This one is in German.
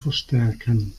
verstärken